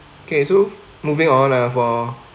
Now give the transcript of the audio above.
okay so moving on like I for